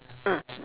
ah